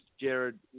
Jared